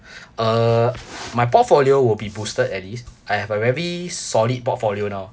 uh my portfolio will be boosted at least I have a very solid portfolio now